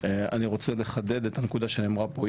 אני רוצה לחדד את הנקודה שנאמרה פה,